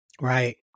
Right